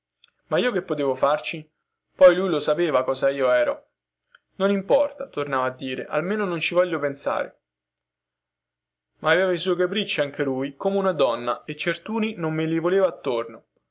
ma io che potevo farci poi lui lo sapeva che cosa io ero non importa tornava a dire almeno non ci voglio pensare ma aveva i suoi capricci anche lui come una donna e certuni non me li voleva attorno